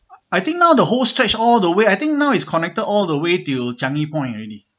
think now the whole stretch all the way I think now is connected all the way to changi point already